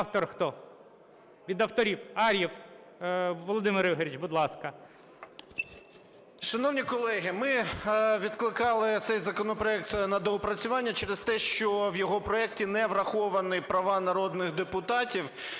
Автор хто? Від авторів. Ар'єв Володимир Ігоревич, будь ласка. 12:29:50 АР’ЄВ В.І. Шановні колеги, ми відкликали цей законопроект на доопрацювання через те, що в його проекті не враховані права народних депутатів,